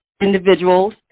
individuals